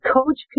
Coach